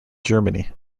germany